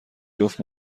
جفت